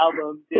album